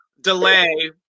delay